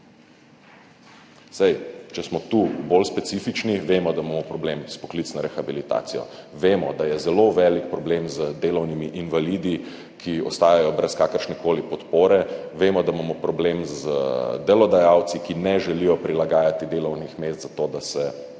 Saj če smo tu bolj specifični, vemo, da imamo problem s poklicno rehabilitacijo, vemo, da je zelo velik problem z delovnimi invalidi, ki ostajajo brez kakršnekoli podpore, vemo, da imamo problem z delodajalci, ki ne želijo prilagajati delovnih mest zato, da se invalidi